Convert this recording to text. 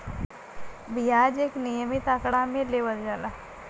बियाज एक नियमित आंकड़ा मे लेवल जाला